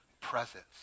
presence